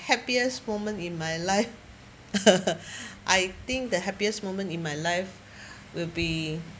happiest moment in my life I think the happiest moment in my life will be